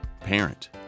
parent